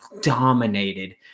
dominated